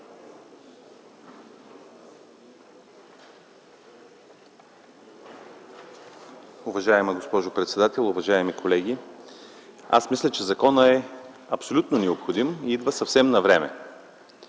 Уважаема госпожо председател, уважаеми колеги! Мисля, че законът е абсолютно необходим и идва съвсем навреме.